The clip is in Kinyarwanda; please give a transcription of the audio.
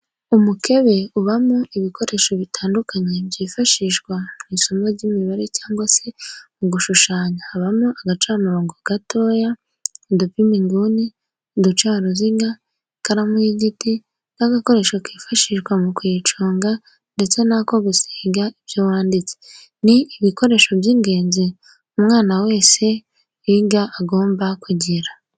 Umukebe ubamo ibikoresho bitandukanye byifashishwa mu isomo ry'imibare cyangwa se mu gushushanya habamo agacamurongo gato, udupima inguni, uducaruziga, ikaramu y'igiti n'agakoresho kifashishwa mu kuyiconga ndetse n'ako gusiba ibyo yanditse, ni ibikoresho by'ingenzi umwana wese wiga aba agomba kugira.